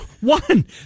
One